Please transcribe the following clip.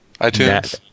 iTunes